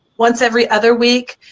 once every other week,